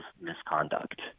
misconduct